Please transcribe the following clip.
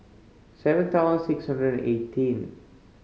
seven thousand six hundred and eighteen